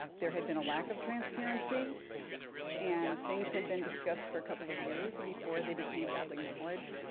there had been a lack of transparency and things had been discussed for a couple of years and before they became public knowledge,